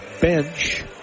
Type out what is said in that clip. bench